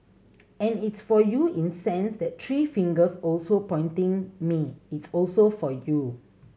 and it's for you in sense that three fingers also pointing me it's also for you